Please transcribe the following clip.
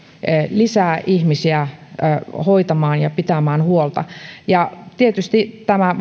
lisää ihmisiä hoitamaan ja pitämään huolta ja tietysti tämä